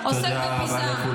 לא, אתה, שבוזז את כספי המדינה.